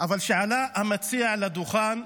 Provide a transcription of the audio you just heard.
אבל כשעלה המציע לדוכן,